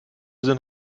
sind